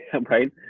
right